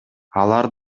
алар